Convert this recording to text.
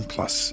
Plus